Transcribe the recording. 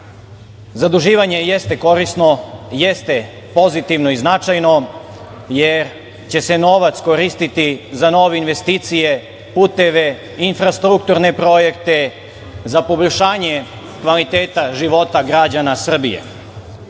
zaduživanje jeste korisno, jeste pozitivno i značajno, jer će se novac koristiti za nove investicije, puteve, infrastrukturne projekte, za poboljšanje kvaliteta života građana Srbije. Ukoliko